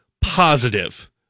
positive